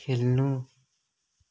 खेल्नु